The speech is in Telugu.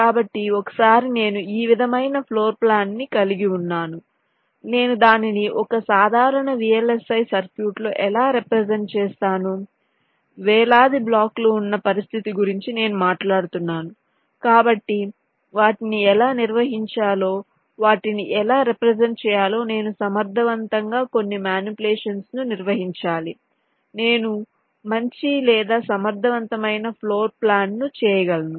కాబట్టి ఒకసారి నేను ఈ విధమైన ఫ్లోర్ప్లాన్ను కలిగి ఉన్నాను నేను దానిని ఒక సాధారణ VLSI సర్క్యూట్లో ఎలా రెప్రెసెంట్ చేస్తాను వేలాది బ్లాక్లు ఉన్న పరిస్థితి గురించి నేను మాట్లాడుతున్నాను కాబట్టి వాటిని ఎలా నిర్వహించాలో వాటిని ఎలా రెప్రెసెంట్ చేయాలో నేను సమర్థవంతంగా కొన్ని మానిప్యులేషన్స్ ను నిర్వహించాలి నేను మంచి లేదా సమర్థవంతమైన ఫ్లోర్ప్లాన్ ను చేయగలను